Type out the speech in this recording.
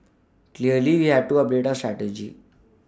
clearly we had to update our strategy